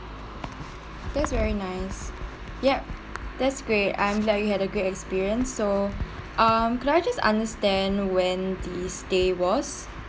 that's very nice yup that's great I'm glad you had a great experience so um could I just understand when this day was